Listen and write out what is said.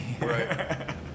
Right